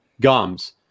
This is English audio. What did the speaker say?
gums